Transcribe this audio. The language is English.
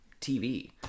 TV